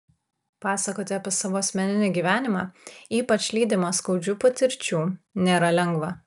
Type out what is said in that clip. pasakoti apie savo asmeninį gyvenimą ypač lydimą skaudžių patirčių nėra lengva